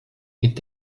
mit